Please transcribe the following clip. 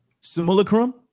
simulacrum